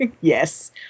Yes